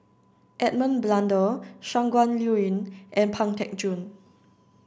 Edmund Blundell Shangguan Liuyun and Pang Teck Joon